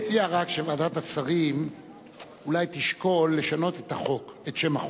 אני מציע רק שוועדת השרים אולי תשקול לשנות את שם החוק.